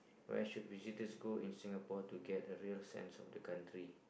where should visitors go in singapore to get a real scene of the country